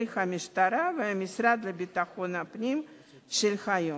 המשטרה והמשרד לביטחון הפנים של היום.